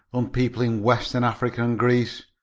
unpeopling western africa and greece,